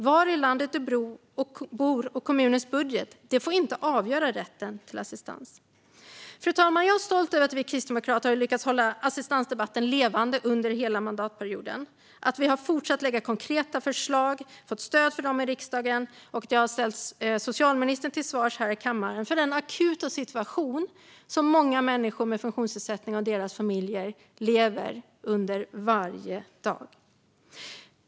Var i landet du bor och kommunens budget ska inte avgöra rätten till assistans. Fru talman! Jag är stolt över att vi kristdemokrater har lyckats hålla assistansdebatten levande under hela mandatperioden. Vi har fortsatt att lägga fram konkreta förslag och fått stöd för dem i riksdagen, och vi har ställt socialministern till svars här i kammaren för den akuta situation som många människor med funktionsnedsättning och deras familjer lever under varje dag.